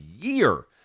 year